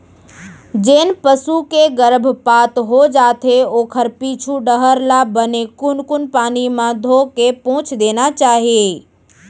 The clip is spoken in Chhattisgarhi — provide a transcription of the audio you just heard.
जेन पसू के गरभपात हो जाथे ओखर पीछू डहर ल बने कुनकुन पानी म धोके पोंछ देना चाही